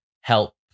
help